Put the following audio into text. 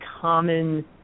common